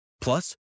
Plus